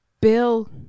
Bill